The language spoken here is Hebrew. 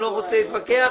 אני לא רוצה להתווכח.